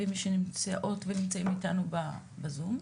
ולכל מי שנמצאות ונמצאים איתנו בזום.